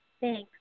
Thanks